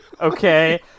okay